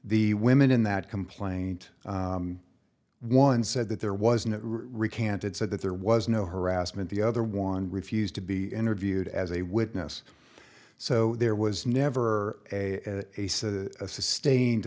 the women in that complaint one said that there was no recanted said that there was no harassment the other one refused to be interviewed as a witness so there was never a case a sustained